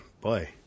Boy